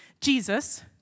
Jesus